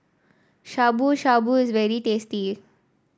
Shabu Shabu is very tasty